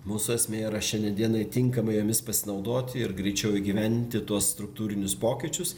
mūsų esmė yra šiandien dienai tinkamai jomis pasinaudoti ir greičiau įgyvendinti tuos struktūrinius pokyčius